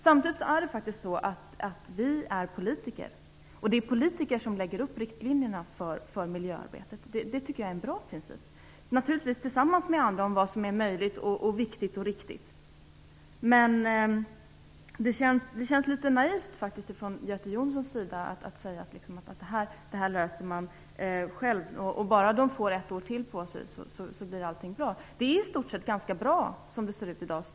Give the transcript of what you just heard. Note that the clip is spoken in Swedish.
Samtidigt är det faktiskt så att vi är politiker, och det är politiker som lägger upp riktlinjerna för miljöarbetet. Jag tycker att det är en bra princip. Det skall naturligtvis ske tillsammans med andra. Det känns litet naivt när Göte Jonsson säger att de löser detta själva och att om de bara får ett år till på sig så blir allting bra. Det är i stort sett ganska bra som det ser ut i dag.